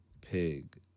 Pig